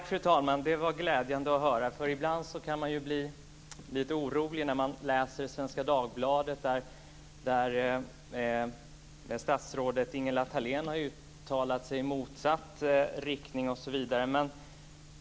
Fru talman! Det var glädjande att höra. Man kan bli lite orolig när man läser i Svenska Dagbladet att statsrådet Ingela Thalén har uttalat sig i motsatt riktning.